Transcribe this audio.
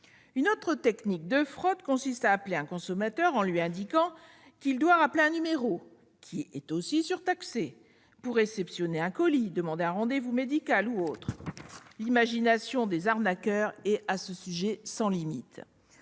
Une autre technique de fraude consiste à appeler un consommateur en lui indiquant qu'il doit rappeler un numéro, lui aussi surtaxé, pour réceptionner un colis, demander un rendez-vous médical ou autre- l'imagination des arnaqueurs est sans limite